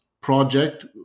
project